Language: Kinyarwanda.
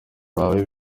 wawe